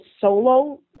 solo